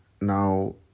now